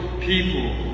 people